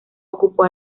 ocupó